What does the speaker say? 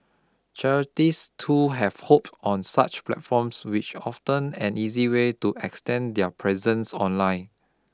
charities too have hop on such platforms which often an easy way to extend their presence online